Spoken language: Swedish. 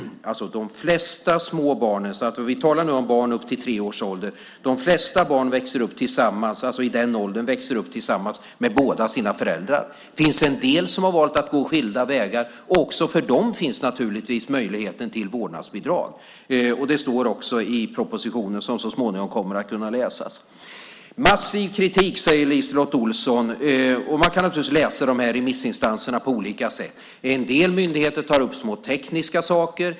De flesta små barn - vi talar nu om barn upp till tre års ålder - växer upp tillsammans med båda sina föräldrar. Det finns en del som har valt att gå skilda vägar. Också för dem finns naturligtvis möjligheten till vårdnadsbidrag. Det står också i propositionen, som så småningom kommer att kunna läsas. Massiv kritik, säger LiseLotte Olsson. Man kan naturligtvis läsa de här remissvaren på olika sätt. En del myndigheter tar upp små tekniska saker.